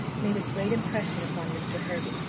made a great impression upon mr. hervey.